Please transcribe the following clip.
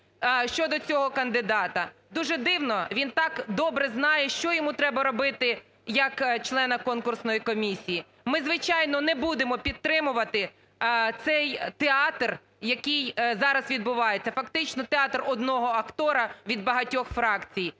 щодо цього кандидата. Дуже дивно, він так добре знає, що йому треба робити як члена конкурсної комісії. Ми, звичайно, не будемо підтримувати цей театр, який зараз відбувається. Фактично театр одного актора від багатьох фракцій.